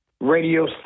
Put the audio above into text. radio